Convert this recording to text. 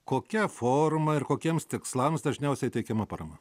kokia forma ir kokiems tikslams dažniausiai teikiama parama